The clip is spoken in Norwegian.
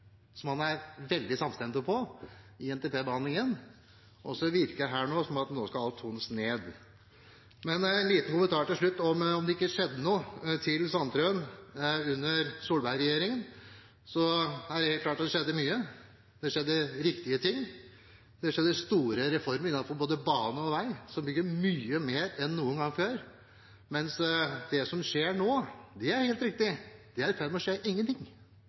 som man er veldig samstemte om i NTP-behandlingen, og så virker det som om alt nå skal tones ned. En liten kommentar til slutt, til Sandtrøen, om at det ikke skjedde noe under Solberg-regjeringen. Det skjedde mye – det er helt klart. Det skjedde riktige ting. Det skjedde store reformer innenfor både bane og vei. Det ble bygd mye mer enn noen gang før. Men det som er i ferd med å skje nå – det er helt riktig – er ingenting. Det er